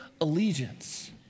allegiance